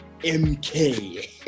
MK